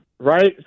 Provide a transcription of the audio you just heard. Right